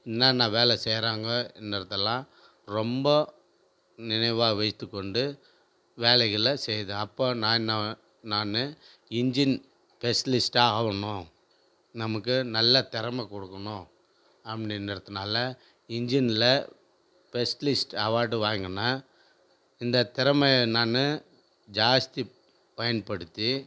என்னென்னா வேலை செய்கிறாங்கங்குறதலா ரொம்ப நினைவாக வைத்து கொண்டு வேலைகளை செய்த அப்போது நான் என்ன நான் இன்ஜின் ஸ்பெசியலிஸ்ட்டா ஆகணும் நமக்கு நல்ல தெறமை கொடுக்குணு அப்படிங்கறதுனால இன்ஜினில் ஸ்பெசியலிஸ்ட் அவார்ட் வாங்குன இந்த திறமையை நான் ஜாஸ்தி பயன்படுத்தி